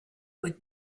would